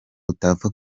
utapfa